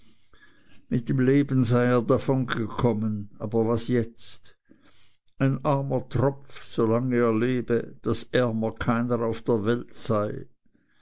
mit dem leben sei er davongekommen aber was jetzt ein armer tropf solange er lebe daß ärmer keiner auf der welt sei